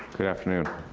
good afternoon.